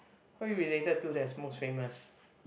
who are you related to that's most famous